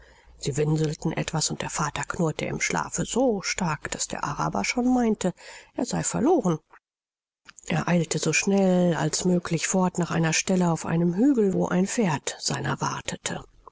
sie winselten etwas und der vater knurrte im schlafe so stark daß der araber schon meinte er sei verloren er eilte so schnell als möglich fort nach einer stelle auf einem hügel wo ein pferd seiner wartete